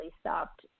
stopped